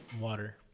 water